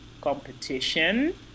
competition